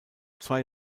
zwei